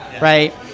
right